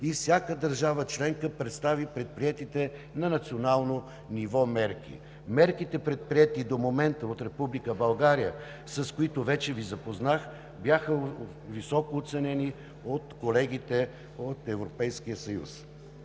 и всяка държава членка представи предприетите на национално ниво мерки. Мерките, предприети до момента от Република България, с които вече Ви запознах, бяха високо оценени от колегите от